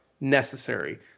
necessary